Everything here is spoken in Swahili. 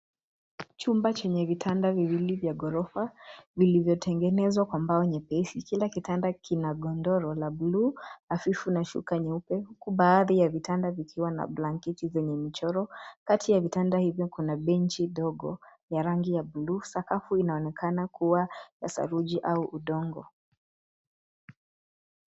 Chumba chenye vitanda viwili vya ghorofa vilivyotengenezwa kwa mbao nyepesi. Kila kitanda kina godoro la bluu hafifu na shuka nyeupe huku baadhi ya vitanda vikiwa na blanketi zenye michoro. Kati ya vitanda hivyo kuna benchi dogo ya rangi ya bluu. Sakafu inaonekana kuwa ya saruji au udongo.